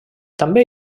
també